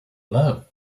love